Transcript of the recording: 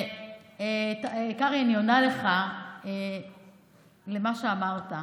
קרעי, אני עונה לך, למה שאמרת.